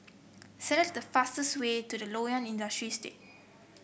select the fastest way to the Loyang Industrial Estate